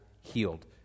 healed